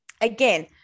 again